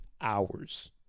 hours